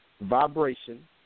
vibration